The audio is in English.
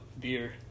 beer